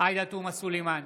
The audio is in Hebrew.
עאידה תומא סלימאן,